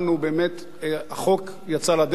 החוק יצא לדרך,